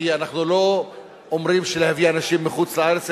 כי אנחנו לא אומרים שיש להביא אנשים מחוץ-לארץ,